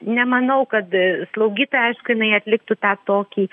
nemanau kad slaugytoja aišku jinai atliktų tą tokį